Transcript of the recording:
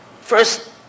first